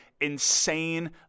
insane